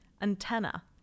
antenna